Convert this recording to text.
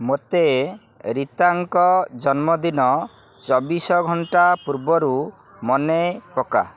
ମୋତେ ରୀତାଙ୍କ ଜନ୍ମଦିନ ଚବିଶ ଘଣ୍ଟା ପୂର୍ବରୁ ମନେ ପକା